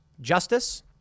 justice